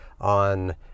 on